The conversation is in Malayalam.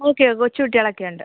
ഓക്കെ കൊച്ചു കുട്ടികളൊക്കെ ഉണ്ട്